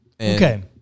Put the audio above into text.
Okay